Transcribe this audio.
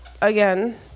again